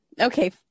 Okay